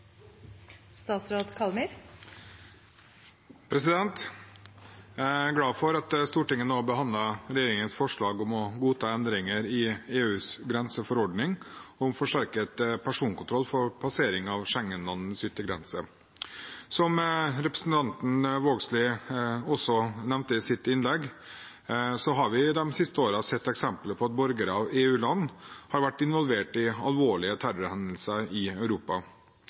glad for at Stortinget nå behandler regjeringens forslag om å godta endringer i EUs grenseforordning – om forsterket personkontroll for passering av Schengen-landenes ytre grenser. Som representanten Vågslid også nevnte i sitt innlegg, har vi de siste årene sett eksempler på at borgere av EU-land har vært involvert i alvorlige terrorhendelser i Europa.